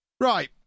Right